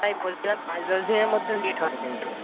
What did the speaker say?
তাই বলছিলাম পাঁচ দশ দিনের মতো লেট হবে কিন্তু